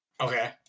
Okay